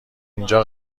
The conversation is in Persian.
اینجا